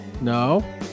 No